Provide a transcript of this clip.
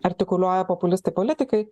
artikuliuoja populistai politikai